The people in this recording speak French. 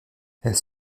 elles